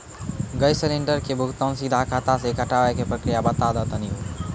Gas cylinder के भुगतान सीधा खाता से कटावे के प्रक्रिया बता दा तनी हो?